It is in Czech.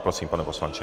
Prosím, pane poslanče.